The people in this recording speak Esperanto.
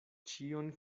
ĉion